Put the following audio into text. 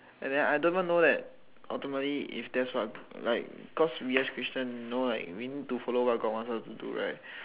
and then I don't even know that ultimately if that's what like cause we as christian know like we need to follow what god wants us to do right